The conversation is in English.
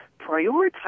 prioritize